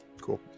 Cool